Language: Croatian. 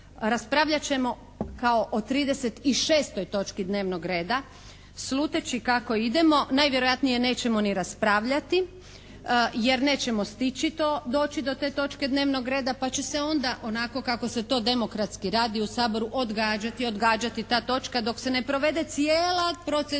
raspravljat ćemo kao o 36. točki dnevnog reda sluteći kako idemo, najvjerojatnije nećemo ni raspravljati jer nećemo stići to doći do te točke dnevnog reda pa će se onda onako kako se to demokratski radi u Saboru odgađati, odgađati ta točka dok se ne provede cijela procedura